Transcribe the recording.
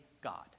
God